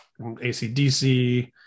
ACDC